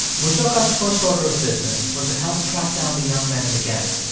mosoka's first order of business was to help track down the young men and the gang.